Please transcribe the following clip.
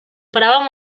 paràvem